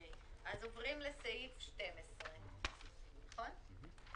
אז עוברים לסעיף 12, נכון?